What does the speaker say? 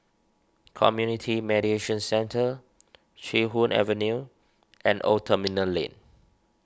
Community Mediation Centre Chee Hoon Avenue and Old Terminal Lane